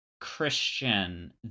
Christian